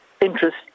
interest